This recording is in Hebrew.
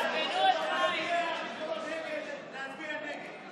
ביקש מאיתנו להצביע נגד.